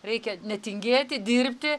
reikia netingėti dirbti